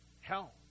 Hell